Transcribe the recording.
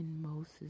Moses